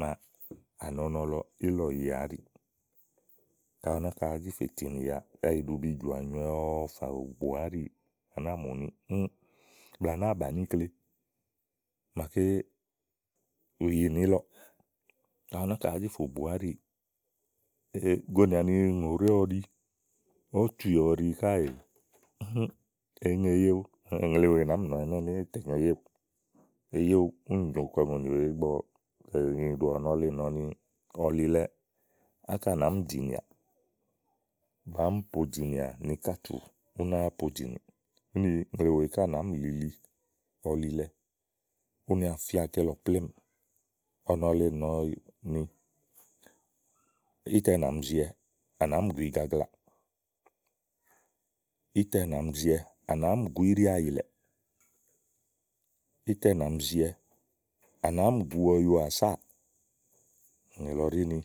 màa à nɔ ɔnɔ lɔ ílɔ̀ yìià áɖì. ka ɔwɔ náka àá zi fè tìnìya blɛ̀ɛ ìɖubijɔ̀à nyòowɛ ɔwɔ fò bùà áɖi à nàáa mù ni éé blɛ̀ɛ à nàáa bàni íkle màaké yìini ílɔ̀ɔ̀ ka ɔwɛ náka àá zi fò bùà áɖì gonìà ni ùŋòɖèé ɔwɔ ɖi ɔ̀tùì ɔwɔ ɖi káèè èé ŋe eyéwu. ùŋle wèe nàáá mi nɔ̀ɔ ni éè tèŋè eyéwuù. eyewu úni nyòo kɔ ùŋonì wèe ígbɔ ìnyì ɖò ɔ̀wɔ le nɔ̀ɔ ni ɔlilɛ ákà nàáá mi dìnìàà, bàá mì poɖìnìà nì ikàtù ú náa poɖìnìì. úni ùŋle wèe ká nàáá mì lili ɔlilɛ ú náa fía ké lɔ plémúù. ɔnɔ le nɔ̀ɔni ítɛ nà mi ziwɛ, à nàáá mì gu igaglaà. ítɛ nà mi ziwɛ, à nàáá mì gu íɖiàyìlɛ̀ɛ̀. ítɛ nà mi ziwɛ a nàáá mì gu uyuàsáà nìlɔ ɖí ni.